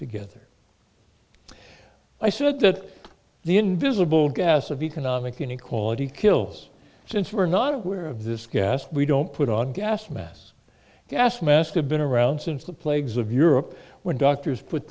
together i said that the invisible gas of economic inequality kills since we're not aware of this gas we don't put on gas masks gas mask have been around since the plagues of europe when doctors put